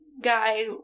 guy